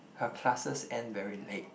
her classes end very late